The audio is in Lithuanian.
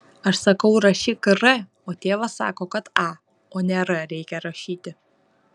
aš sakau rašyk r o tėvas sako kad a o ne r reikia rašyti